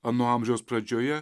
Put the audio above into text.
ano amžiaus pradžioje